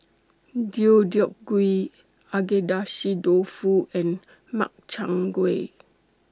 Deodeok Gui Agedashi Dofu and Makchang Gui